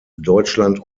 deutschland